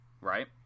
right